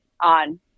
on